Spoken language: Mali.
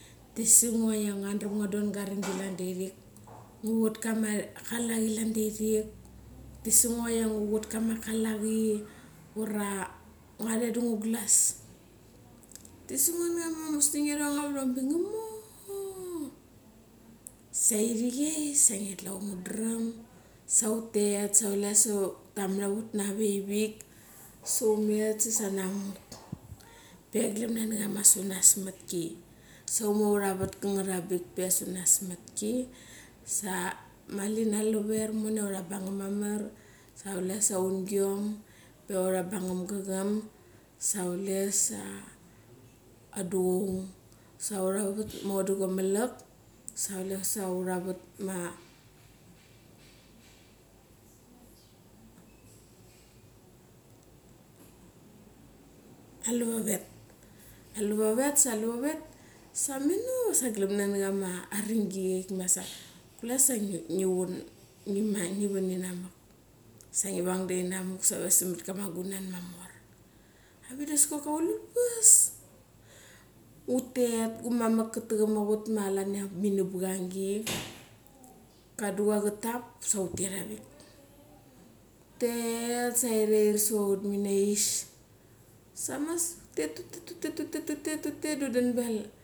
Thi sungo ia ngu dram ngua don kamaringi klan da irik, ngu chut kama chala chi klan dia irik, thi sungo ia ngu chut kama chalachi, ura ngua ret du ngu glass. Thi sungo nachama musnang irong avrong bik nga mo. Sa iri chei ngi tlu ia utdram sa utet, sa tama raut, sa umet sa sanamuk pe glam na chama sunas mat ki. Sa umu ura vat kangat avang bik pe sunas matki, sa mali na ra ver moni ia ura bangam mamar, sa kule sa aundiom pe ura bangam ka cham sa chule sa aduvoung, sa ura rat dugua malak, sa kule sa ura vat ma alavavet. Sa alavavet sa mano glamna nachama ringi ma sa kule sa ngi van i namak. Sa ngi rang dia inamak samat kama gunan mamor. Arik da as chok kama ululpas, utet gumamak ka thacham ma ut ma klan ia mini bangangi. Kaducha ka tap sa utet avik. Utet sa airaer savat aut mini ais. Sa mas da undan pe ia la.